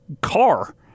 car